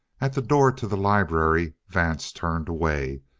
at the door to the library vance turned away,